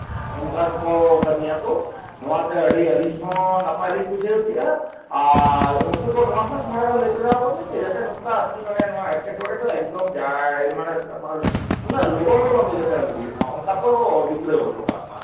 ᱚᱱᱠᱟᱱ ᱠᱚ ᱠᱟᱹᱢᱭᱟᱹ ᱠᱚ ᱱᱚᱣᱟ ᱛᱮ ᱟᱹᱰᱤ ᱟᱹᱞᱤᱧ ᱦᱚᱸ ᱱᱟᱯᱟᱭ ᱞᱤᱧ ᱵᱩᱡᱷᱟᱹᱣ ᱠᱮᱜᱼᱟ ᱟᱨ ᱩᱱᱠᱩ ᱠᱚ ᱱᱚᱣᱟ ᱦᱚᱸ ᱛᱷᱚᱲᱟ ᱜᱟᱱ ᱞᱟᱹᱭ ᱛᱚᱨᱟᱣᱟ ᱠᱚᱵᱮᱱ ᱡᱟᱛᱮ ᱱᱚᱝᱠᱟ ᱟᱨᱠᱤ ᱱᱚᱣᱟ ᱮᱴᱠᱮᱴᱚᱬᱮ ᱫᱚ ᱮᱠᱫᱚᱢ ᱡᱟᱭ ᱢᱟᱱᱮ ᱩᱱᱟᱹᱜ ᱞᱚᱜᱚᱱ ᱞᱚᱜᱚᱱ ᱫᱚ ᱡᱟᱛᱮ ᱟᱞᱚ ᱦᱩᱭᱩᱜ ᱢᱟ ᱚᱱᱠᱟ ᱠᱚ ᱡᱩᱛᱨᱟᱹᱣ ᱦᱚᱴᱚ ᱠᱟᱜ ᱢᱟ